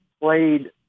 played